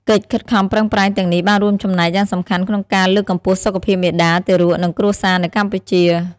កិច្ចខិតខំប្រឹងប្រែងទាំងនេះបានរួមចំណែកយ៉ាងសំខាន់ក្នុងការលើកកម្ពស់សុខភាពមាតា ទារក និងគ្រួសារនៅកម្ពុជា ។